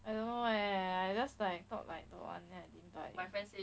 I don't know eh just I like thought I don't want then if I buy already